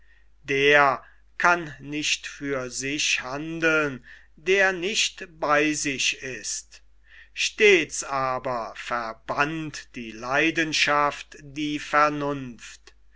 der kann nicht für sich handeln der nicht bei sich ist stets aber verbannt die leidenschaft die vernunft